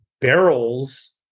barrels